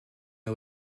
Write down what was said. n’a